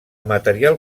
material